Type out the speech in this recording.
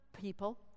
people